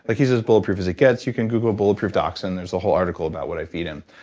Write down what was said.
like he's as bulletproof as it gets you can google bulletproof dachshund. there's a whole article about what i feed him.